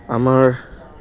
আমাৰ